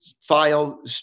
file